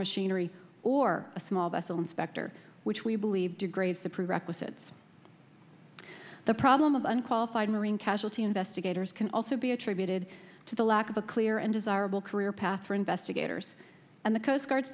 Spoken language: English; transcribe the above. machinery or a small vessel inspector which we believe degrades the prerequisites the problem of unqualified marine casualty investigators can also be attributed to the lack of a clear and desirable career path for investigators and the coast guards